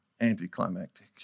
anticlimactic